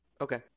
Okay